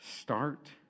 start